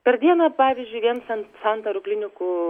per dieną pavyzdžiui viens an santaros klinikų